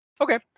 Okay